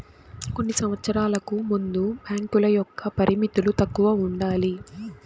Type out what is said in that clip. కొన్ని సంవచ్చరాలకు ముందు బ్యాంకుల యొక్క పరిమితులు తక్కువ ఉండాలి